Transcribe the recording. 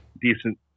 decent